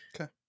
Okay